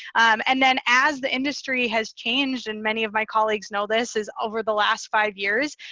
and then as the industry has changed, and many of my colleagues know this, is over the last five years,